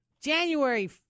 January